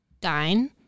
dine